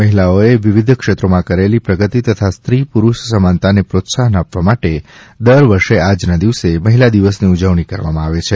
મહિલાઓએ વિવિધ ક્ષેત્રોમાં કરેલી પ્રગતિ તથા સ્ત્રી પુરુષ સમાનતાને પ્રોત્સાહન આપવા માટે દર વર્ષે આજના દિવસે મહિલા દિવસની ઉજવણી કરવામાં આવે છે